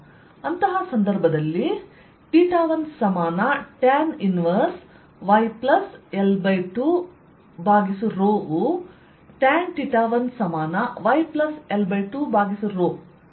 ಅಂತಹ ಸಂದರ್ಭದಲ್ಲಿ 1ಸಮಾನ ಟ್ಯಾನ್ ವಿಲೋಮ yL2ವು tan 1yL2 ಮತ್ತು tan 2y L2 ಆಗುತ್ತದೆ